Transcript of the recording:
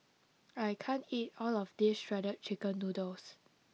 I can't eat all of this shredded chicken noodles